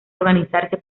organizarse